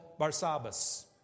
Barsabbas